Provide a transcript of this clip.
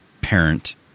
parent